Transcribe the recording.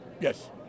Yes